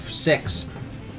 Six